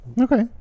okay